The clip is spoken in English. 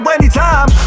anytime